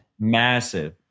Massive